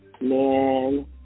Man